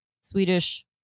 Swedish